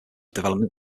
development